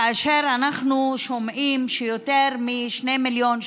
כאשר אנחנו שומעים שיותר מ-2 מיליון,